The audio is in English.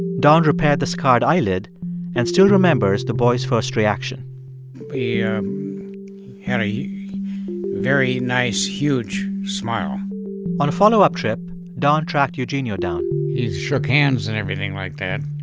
don repaired the scarred eyelid and still remembers the boy's first reaction yeah he very nice, huge smile on a follow-up trip, don tracked eugenio down he shook hands and everything like that,